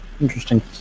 Interesting